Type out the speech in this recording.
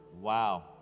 Wow